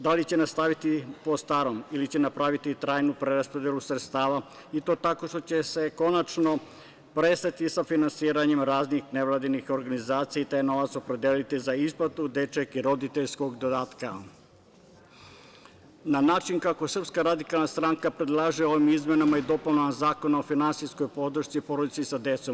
Da li će nastaviti po starom ili će napraviti trajnu preraspodelu sredstava, i to tako što će se konačno prestati sa finansiranjem raznih nevladinih organizacija i taj novac opredeliti za isplatu dečijeg i roditeljskog dodatka na način kako SRS predlaže ovim izmenama i dopunama Zakona o finansijskoj podršci porodici sa decom?